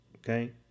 Okay